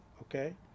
okay